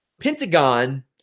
Pentagon